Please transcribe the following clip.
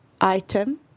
item